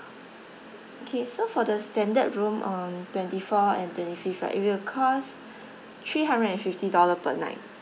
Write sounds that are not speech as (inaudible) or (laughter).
okay so for the standard room on twenty four and twenty fifth right it will cost (breath) three hundred and fifty dollar per night